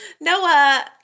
Noah